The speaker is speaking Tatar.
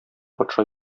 патша